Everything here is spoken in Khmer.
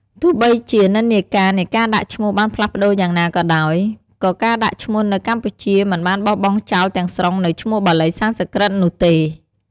ទោះបីជានិន្នាការនៃការដាក់ឈ្មោះបានផ្លាស់ប្ដូរយ៉ាងណាក៏ដោយ ក៏ការដាក់ឈ្មោះនៅកម្ពុជាមិនបានបោះបង់ចោលទាំងស្រុងនូវឈ្មោះបាលីសំស្ក្រឹតនោះទេ។